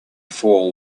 fall